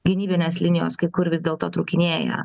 gynybinės linijos kai kur vis dėlto trūkinėja